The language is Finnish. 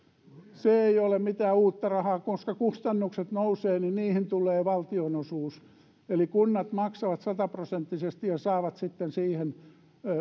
se ei ole mitään uutta rahaa koska kustannukset nousevat niihin tulee valtionosuus eli kunnat maksavat sataprosenttisesti ja saavat sitten siihen